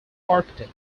architect